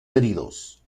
heridos